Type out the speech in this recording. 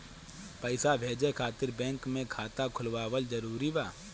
पईसा भेजे खातिर बैंक मे खाता खुलवाअल जरूरी बा?